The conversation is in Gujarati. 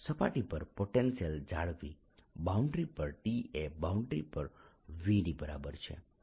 સપાટી પર પોટેન્શિયલ જાળવી બાઉન્ડરી પર T એ બાઉન્ડરી પર V ની બરાબર છે